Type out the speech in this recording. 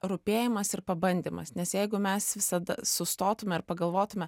rūpėjimas ir pabandymas nes jeigu mes visada sustotume ar pagalvotume